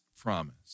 promise